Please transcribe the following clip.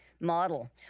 model